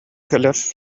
кэлэр